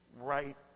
right